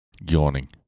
yawning